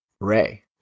Ray